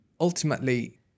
Ultimately